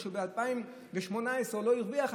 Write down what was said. או שב-2018 הוא לא הרוויח,